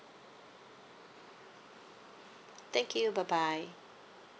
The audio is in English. thank you bye bye